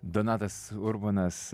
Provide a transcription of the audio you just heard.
donatas urbonas